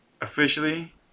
officially